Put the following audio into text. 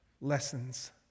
lessons